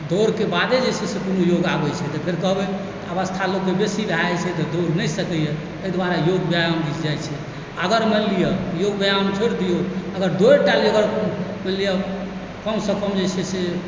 दौड़के बादे जे छै से कोनो योग आबैत छै तऽ फेर कहबै अवस्था लोकके बेसी भए जाइत छै तऽ दौड़ नहि सकैए एहि दुआरे योग व्यायाम दिस जाइत छै अगर मानि लिअ योग व्यायाम छोड़ि दियौ अगर दौड़ टा अगर मानि लिअ कमसँ कम जे छै से